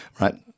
right